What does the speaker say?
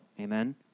Amen